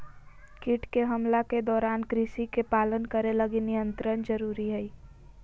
कीट के हमला के दौरान कृषि के पालन करे लगी नियंत्रण जरुरी हइ